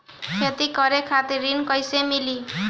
खेती करे खातिर ऋण कइसे मिली?